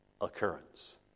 occurrence